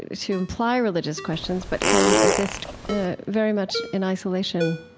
to imply religious questions, but can exist very much in isolation